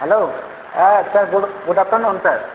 hello হ্যাঁ sir good good afternoon sir